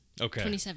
okay